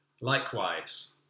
Likewise